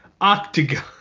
octagon